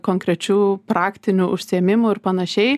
konkrečių praktinių užsiėmimų ir panašiai